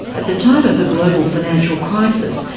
at the time of the global financial crisis,